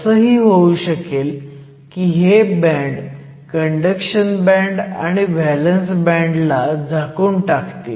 असंही होउ शकेल की हे बँड कंडक्शन बँड आणि व्हॅलंस बँड ला झाकून टाकेल